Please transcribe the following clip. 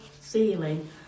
ceiling